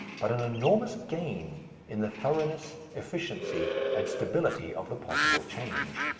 but an enormous gain in the thoroughness, efficiency, and stability of the possible change.